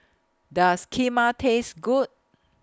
Does Kheema Taste Good